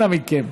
אנא מכם.